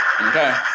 Okay